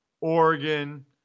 Oregon